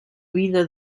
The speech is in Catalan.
vida